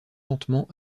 lentement